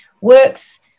works